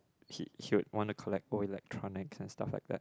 he he would want to collect old electronics and stuff like that